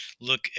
look